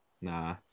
Nah